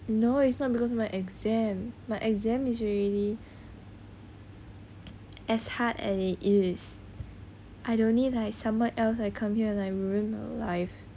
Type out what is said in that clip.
no it's not because of my exam my exam is already as hard as it is I don't need like someone else like come here like ruin my life